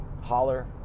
holler